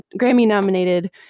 Grammy-nominated